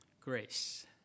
Grace